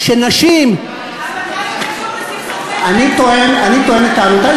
אבל מה קשור, אני טוען את טענותי.